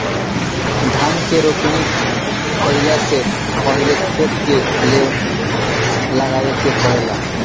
धान के रोपनी कइला से पहिले खेत के लेव लगावे के पड़ेला